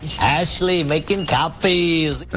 ashley, makin' copies.